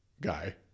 guy